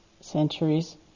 centuries